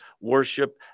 worship